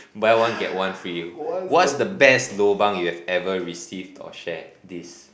buy one get one free what's the best lobang you've ever received or share this